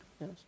yes